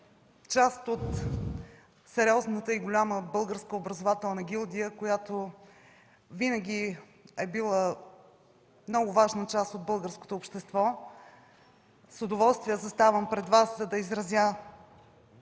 част от сериозната и голяма българска образователна гилдия, която винаги е била много важна част от българското общество, с удоволствие заставам пред Вас, за да изразя